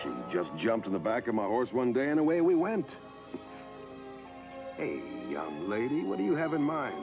she just jumped on the back of my words one day and away we went a young lady what do you have in mind